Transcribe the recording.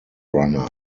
runner